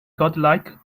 godlike